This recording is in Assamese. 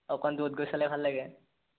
অকণ দূৰত গৈ চালে ভাল লাগে